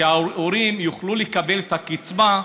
שההורים יוכלו לקבל את הקצבה,